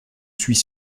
suis